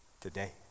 today